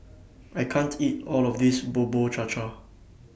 I can't eat All of This Bubur Cha Cha